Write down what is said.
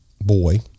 boy